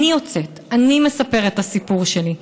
אני יוצאת, אני מספרת את הסיפור שלי,